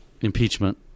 impeachment